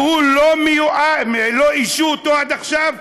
שלא איישו אותו עד עכשיו?